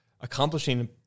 accomplishing